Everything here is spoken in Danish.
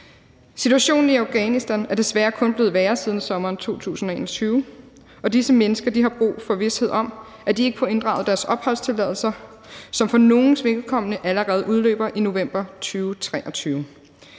Situationen i Afghanistan er desværre kun blevet værre siden sommeren 2021, og disse mennesker har brug for vished om, at de ikke får inddraget deres opholdstilladelser, som for nogles vedkommende allerede udløber i november 2023.